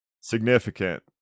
Significant